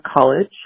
college